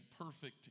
perfect